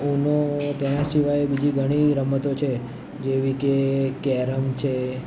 ઉનો તેના સિવાય બીજી ઘણી રમતો છે જેવી કે કેરમ છે